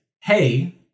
hey